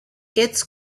its